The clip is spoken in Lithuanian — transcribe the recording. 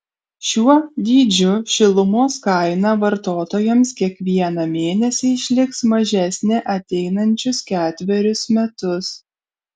šiuo dydžiu šilumos kaina vartotojams kiekvieną mėnesį išliks mažesnė ateinančius ketverius metus